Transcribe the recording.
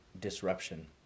disruption